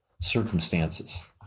circumstances